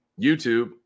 youtube